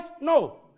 No